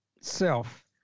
self